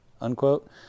unquote